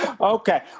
Okay